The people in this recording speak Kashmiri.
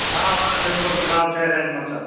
آ آ بِلکُل کِتاب چھِ اَسہِ انِمٕژ